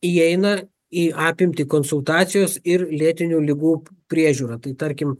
įeina į apimtį konsultacijos ir lėtinių ligų priežiūra tai tarkim